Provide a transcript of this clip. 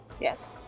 Yes